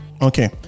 okay